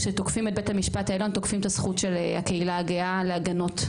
כשתוקפים את בית המשפט העליון תוקפים את הזכות של הקהילה הגאה להגנות.